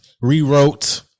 rewrote